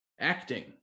acting